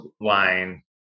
line